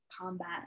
combat